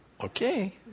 okay